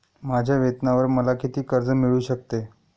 माझ्या वेतनावर मला किती कर्ज मिळू शकते?